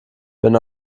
wenn